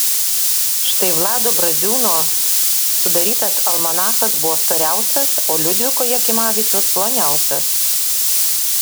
štai vlado braziūno sudarytas almanachas buvo storiausias o liudviko jakimavičiaus ploniausias